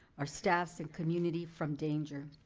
our staffs, and community from danger.